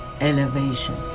elevation